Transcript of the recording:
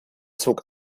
zog